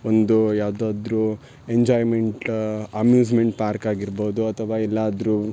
ಒಂದು ಯಾವ್ದಾದರೂ enjoyment amusement park ಆಗಿರ್ಬೋದು ಅಥವಾ ಎಲ್ಲಾದರೂ